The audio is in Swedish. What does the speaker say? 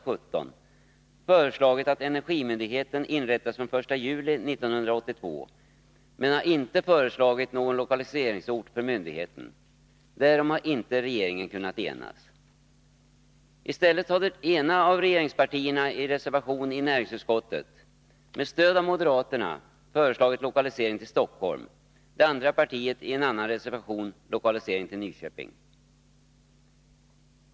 17 föreslagit att energimyndigheten inrättas från den 1 juli 1982 men inte föreslagit någon lokaliseringsort för myndigheten. Därom har inte regeringen kunnat enas. Istället har det ena av regeringspartierna i en reservation i näringsutskottet med stöd av moderaterna föreslagit lokalisering till Stockholm och det andra partiet i en annan reservation föreslagit lokalisering till Nyköping.